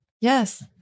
Yes